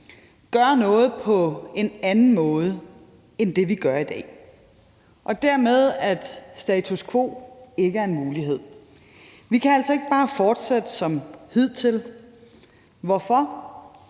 gøre noget på en anden måde, end vi gør i dag, og dermed er status quo ikke en mulighed. Vi kan altså ikke bare fortsætte som hidtil. Hvorfor?